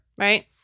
Right